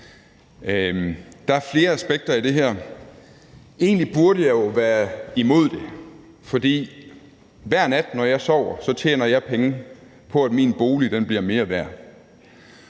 Der er flere aspekter i det her. Egentlig burde jeg jo være imod det, for hver nat, når jeg sover, tjener jeg penge på, at min bolig bliver mere værd.